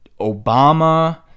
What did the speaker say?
Obama